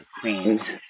Queens